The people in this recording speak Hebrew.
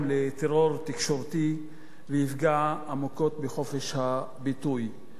לטרור תקשורתי ויפגע עמוקות בחופש הביטוי.